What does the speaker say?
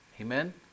Amen